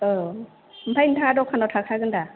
औ ओमफ्राय नोंथाङा दखानाव थाखागोन दा